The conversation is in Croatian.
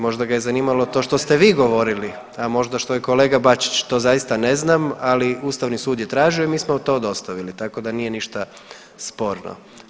Možda ga je zanimalo to što ste vi govorili, a možda što je kolega Bačić, to zaista ne znam, ali ustavni sud je tražio i mi smo mu to dostavili, tako da nije ništa sporno.